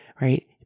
right